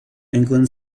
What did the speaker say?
england